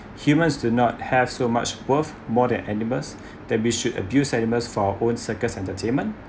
humans did not have so much worth more than animals that we should abuse animals for our own circus entertainment